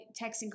texting